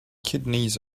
kidneys